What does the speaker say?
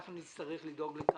אנחנו נצטרך לדאוג לכך.